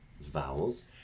vowels